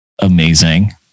amazing